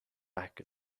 back